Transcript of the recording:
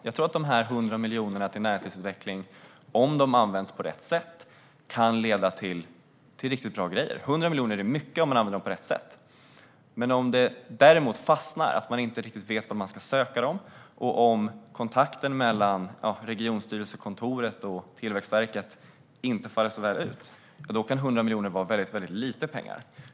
Jag tror att dessa 100 miljoner till näringslivsutveckling, om de används på rätt sätt, kan leda till riktigt bra grejer. 100 miljoner är mycket om man använder pengarna på rätt sätt. Men om det fastnar, om man inte riktigt vet var man ska söka medlen och om kontakterna mellan regionstyrelsekontoret och Tillväxtverket inte faller så väl ut kan 100 miljoner vara väldigt lite pengar.